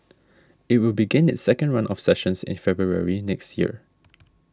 it will begin its second run of sessions in February next year